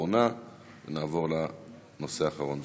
ונעבור לנושא האחרון בסדר-היום.